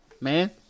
man